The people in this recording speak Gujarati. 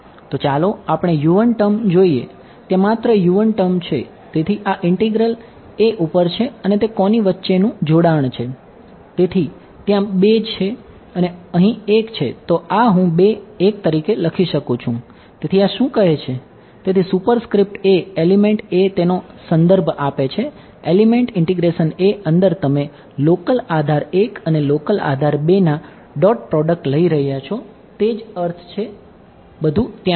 તો ચાલો આપણે ટર્મ જોઈએ ત્યાં માત્ર ટર્મ આધાર 2 ના ડોટ પ્રોડક્ટ લઈ રહ્યાં છો તે જ અર્થ છે બધુ ત્યાં જ છે